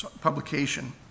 publication